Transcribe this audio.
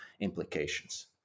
implications